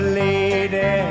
lady